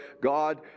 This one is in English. God